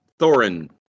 Thorin